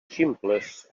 ximples